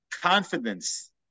confidence